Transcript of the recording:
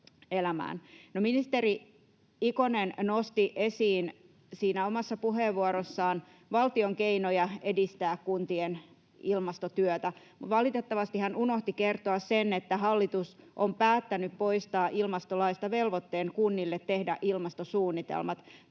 ministeri Ikonen nosti esiin siinä omassa puheenvuorossaan valtion keinoja edistää kuntien ilmastotyötä, mutta valitettavasti hän unohti kertoa sen, että hallitus on päättänyt poistaa ilmastolaista velvoitteen kunnille tehdä ilmastosuunnitelmat.